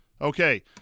Okay